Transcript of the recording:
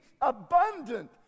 abundant